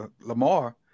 Lamar